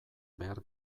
behar